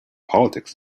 politics